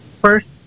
first